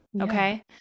okay